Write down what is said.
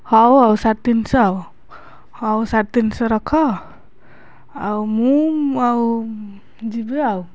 ହଉ ଆଉ ସାଢ଼େ ତିନିଶହ ଆଉ ହଉ ସାଢ଼େ ତିନିଶହ ରଖ ଆଉ ମୁଁ ଆଉ ଯିବି ଆଉ